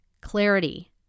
clarity